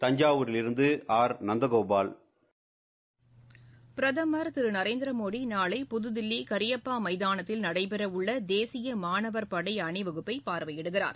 தஞ்சாவூரில் இருந்து ஆர் நந்தகோபால் பிரதமர் திரு நரேந்திரமோடி நாளை புதுதில்லி கரியப்பா மைதாளத்தில் நடைபெற உள்ள தேசிய மாணவர் படை அணிவகுப்பை பார்வையிடுகிறார்